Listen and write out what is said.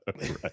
Right